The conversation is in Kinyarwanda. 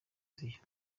siyo